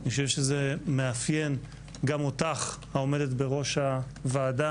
אני חושב שזה מאפיין גם אותך העומדת בראש הוועדה.